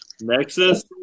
Nexus